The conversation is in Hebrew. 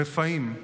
רפאים,